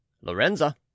Lorenza